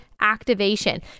activation